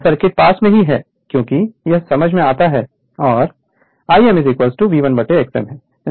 circuit पास में नहीं है क्योंकि यह समझ में आता है और Im V1 Xm है